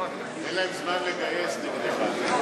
אין להם זמן לגייס נגדך.